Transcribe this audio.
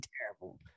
terrible